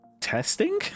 testing